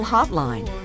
Hotline